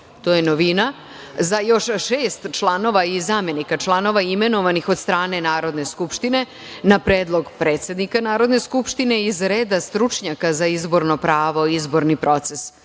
to je novina, za još šest članova i zamenika članova, imenovanih od strane Narodne skupštine na predlog predsednika Narodne skupštine iz reda stručnjaka za izborno pravo i izborni proces. Takođe,